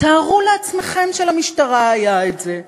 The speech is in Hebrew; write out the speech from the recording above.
תארו לעצמכם שלמשטרה היה את זה,